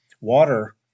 water